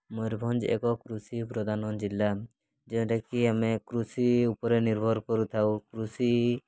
ମୟୂରଭଞ୍ଜ ଏକ କୃଷି ପ୍ରଧାନ ଜିଲ୍ଲା ଯେଉଁଟାକି ଆମେ କୃଷି ଉପରେ ନିର୍ଭର କରୁଥାଉ କୃଷି